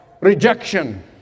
rejection